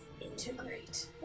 Integrate